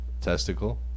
Testicle